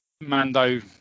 Mando